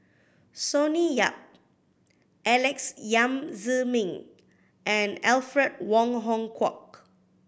Sonny Yap Alex Yam Ziming and Alfred Wong Hong Kwok